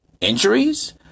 Injuries